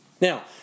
Now